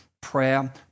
prayer